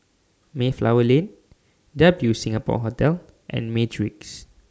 Mayflower Lane W Singapore Hotel and Matrix